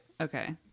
Okay